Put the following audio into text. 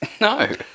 No